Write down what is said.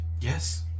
Yes